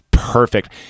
Perfect